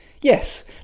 Yes